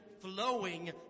flowing